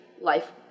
life